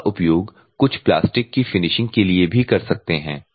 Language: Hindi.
इनका उपयोग कुछ प्लास्टिक की फिनीशिंग के लिए भी कर सकते हैं